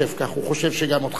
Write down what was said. הוא חושב שגם אותך אפשר לתאם.